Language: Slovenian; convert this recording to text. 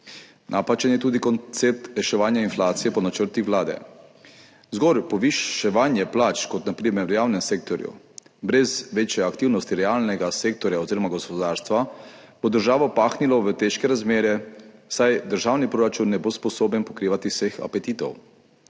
Napačen je tudi koncept reševanja inflacije po načrtih Vlade. Zgolj poviševanje plač kot na primer v javnem sektorju brez večje aktivnosti realnega sektorja oziroma gospodarstva, bo državo pahnilo v težke razmere, saj državni proračun ne bo sposoben pokrivati vseh apetitov.